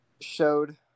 showed